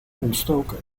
ontstoken